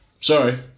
Sorry